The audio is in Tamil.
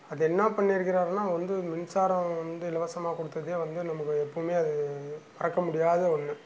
அது என்னா பண்ணிருக்கிறாருன்னா வந்து மின்சாரம் வந்து இலவசமாக கொடுத்ததையும் வந்து நமக்கு எப்போவுமே அது மறக்க முடியாத ஒன்று